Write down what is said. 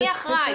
מי אחראי?